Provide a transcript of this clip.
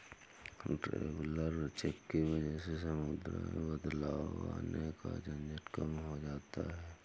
traveller cheque की वजह से मुद्राएं बदलवाने का झंझट कम हो जाता है